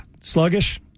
Sluggish